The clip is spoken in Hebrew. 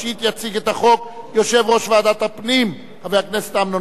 יציג את החוק יושב-ראש ועדת הפנים חבר הכנסת אמנון כהן.